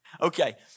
okay